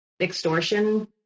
extortion